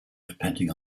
depending